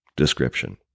description